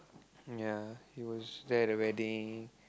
ya he was there at the wedding